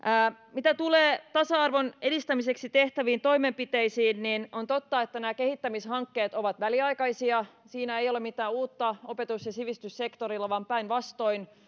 mitä tulee tasa arvon edistämiseksi tehtäviin toimenpiteisiin niin on totta että nämä kehittämishankkeet ovat väliaikaisia siinä ei ole mitään uutta opetus ja sivistyssektorilla vaan päinvastoin